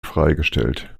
freigestellt